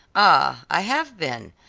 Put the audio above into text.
ah, i have been.